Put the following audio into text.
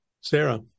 Sarah